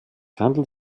handelt